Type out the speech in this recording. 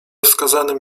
wskazanym